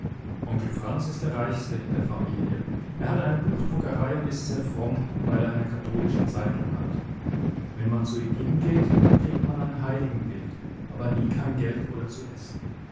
onkel franz ist der reichste in der familie er hat eine buchdruckerei und ist sehr fromm weil er eine katholische zeitung hat wenn man zu ihm geht kriegt man ein heiligenbild aber nie kein geld oder zu essen